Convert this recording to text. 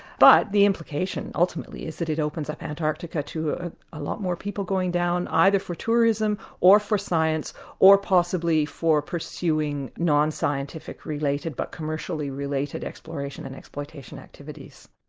but the implication ultimately is that it opens up antarctica to a ah lot more people going down either for tourism or for science or possibly for pursuing non-scientific related but commercially related exploration and exploitation activities.